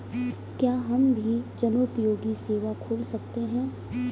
क्या हम भी जनोपयोगी सेवा खोल सकते हैं?